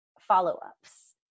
follow-ups